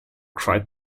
cried